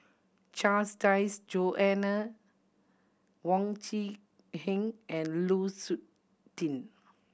Charles Dyce Joanna Wong Quee Heng and Lu Suitin